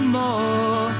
more